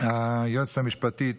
היועצת המשפטית